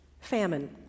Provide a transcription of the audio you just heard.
Famine